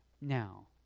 now